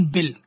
Bill